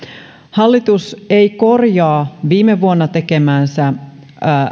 hallitus ei korjaa viime vuonna tekemäänsä